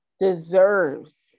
deserves